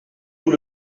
vous